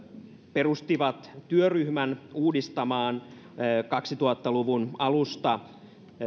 perustivat työryhmän uudistamaan kaksituhatta luvun alusta